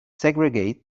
segregate